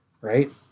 Right